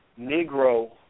Negro